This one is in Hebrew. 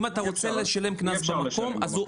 אם אתה רוצה לשלם קנס במקום אז הוא